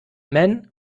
men